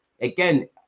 Again